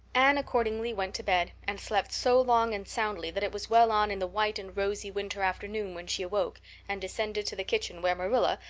anne accordingly went to bed and slept so long and soundly that it was well on in the white and rosy winter afternoon when she awoke and descended to the kitchen where marilla,